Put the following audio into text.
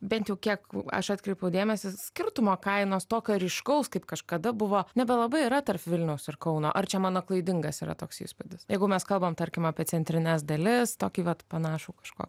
bent jau kiek aš atkreipiau dėmesį skirtumo kainos tokio ryškaus kaip kažkada buvo nebelabai yra tarp vilniaus ir kauno ar čia mano klaidingas yra toks įspūdis jeigu mes kalbam tarkim apie centrines dalis tokį vat panašų kažko